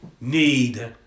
need